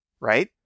right